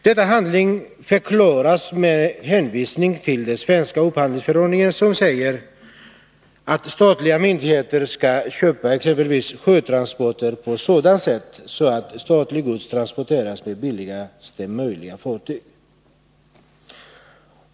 Detta agerande förklaras med hänvisning till den svenska upphandlingsförordningen, som säger att statliga myndigheter skall köpa exempelvis sjötransporter på ett sådant sätt att statligt gods transporteras med billigaste möjliga fartyg.